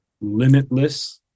limitless